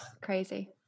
Crazy